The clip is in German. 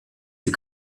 die